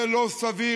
זה לא סביר,